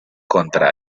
contra